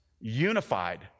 unified